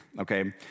Okay